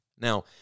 Now